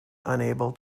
unable